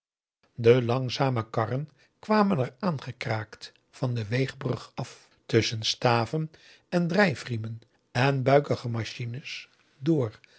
de langzame karren kwamen er aangekraakt van de weegbrug af tusschen staven en drijfriemen en buikige machines door